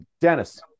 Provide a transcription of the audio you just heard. dennis